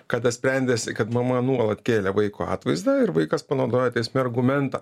kada sprendėsi kad mama nuolat kėlė vaiko atvaizdą ir vaikas panaudojo teisme argumentą